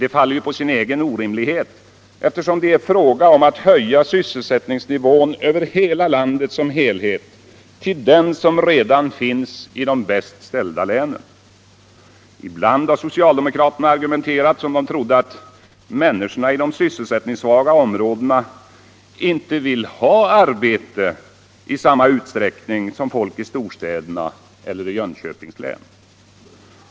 Det faller ju på sin egen orimlighet, eftersom det bara är fråga om att höja sysselsättningsnivån över landet som helhet till den nivå som redan finns i de bäst ställda länen. Ibland har socialdemokraterna argumenterat som om de trodde att människorna i de sysselsättningssvaga områdena inte vill ha arbete i samma utsträckning som folk i storstäderna eller i Jönköpings län.